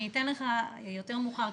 אני אתן לך יותר מאוחר,